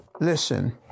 listen